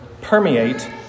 permeate